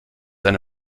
eine